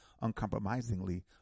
uncompromisingly